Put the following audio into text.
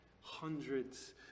Hundreds